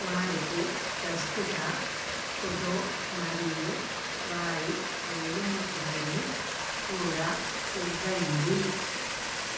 వారికి ప్రస్తుత ఫోటో మరియు వారి వేలిముద్రలను కూడా ఇవ్వండి